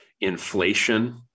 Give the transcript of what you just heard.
inflation